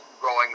growing